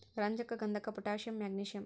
ರಂಜಕ ಗಂಧಕ potassium magnesium